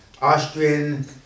Austrian